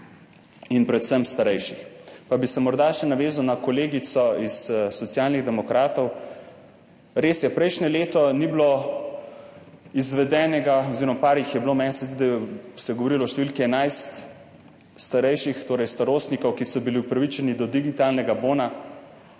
in predvsem starejših. Pa bi se morda še navezal na kolegico iz Socialnih demokratov. Res je, prejšnje leto ni bilo izvedeno oziroma nekaj jih je bilo, meni se zdi, da se je govorilo o številki 11 starostnikov, ki so bili upravičeni do digitalnega bona,